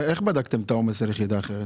איך בדקתם את העומס על יחידה אחרת?